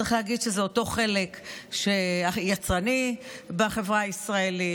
צריך להגיד שזה אותו חלק יצרני בחברה הישראלית,